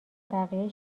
بقیه